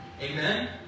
Amen